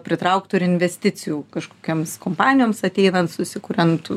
pritrauktų ir investicijų kažkokioms kompanijoms ateinant susikuriant